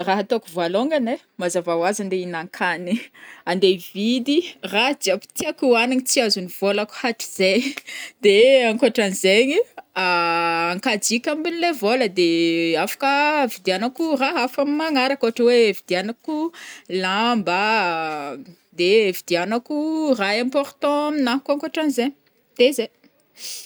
Raha ataoko voalongany ai mazava oazy andeha hinankanigny, ande hividy ra jiaby tiako oanigny tsy azon'ny vôlako hatrizay de akôhatranzaigny kajiko ambinle vôla de afaka vidianako raha hafa amy magnaraka ôhatra oe vidiagnako lamba, de vidianako raha important amina koa ankoatranzay,.de zay